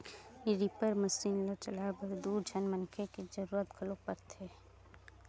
reaper machine ल चलाए बर दू झन मनखे के जरूरत घलोक परथे